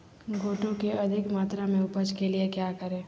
गोटो की अधिक मात्रा में उपज के लिए क्या करें?